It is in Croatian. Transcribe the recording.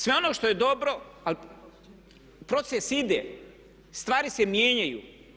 Sve ono što je dobro, ali proces ide, stvari se mijenjaju.